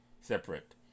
separate